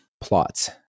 plots